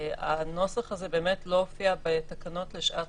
הנוסח הזה באמת לא הופיע בתקנות לשעת